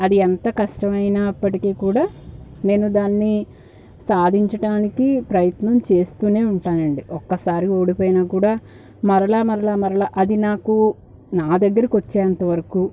అది ఎంత కష్టమైనప్పటికీ కూడా నేను దాన్ని సాధించటానికి ప్రయత్నం చేస్తూనే ఉంటానండి ఒక్కసారి ఓడిపోయినా కూడా మరల మరల మరల అది నాకు నా దగ్గరకు వచ్చేంతవరకు